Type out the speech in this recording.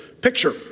picture